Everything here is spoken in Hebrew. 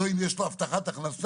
לא אם יש לו הבטחת הכנסה,